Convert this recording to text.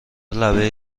لبه